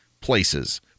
places